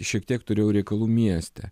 šiek tiek turėjau reikalų mieste